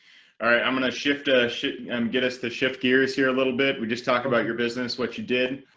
i'm gonna shift a shift and get us to shift gears here a little bit. we just talked about your business. what you did.